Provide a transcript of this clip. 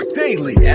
daily